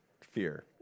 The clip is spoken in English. fear